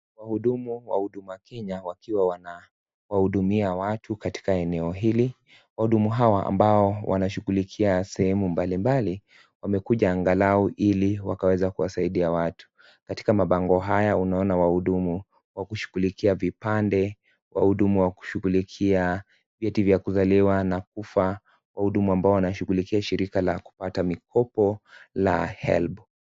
Wahudumu wa Huduma Kenya wakiwa wanawahudumia watu katika eneo hili, wahudumu hawa ambao wanashughulikia sehemu mbalimbali wamekuja angalau ili wakaweza kuwasaidia watu, katika mabango haya unaona wahudumu wa kushughulikia vipande, wahudumu wa kushughulikia vyeti vya kuzaliwa na kufa, wahudumu ambao wanashughulikia shirika la kupata mikopo la HELB.